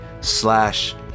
slash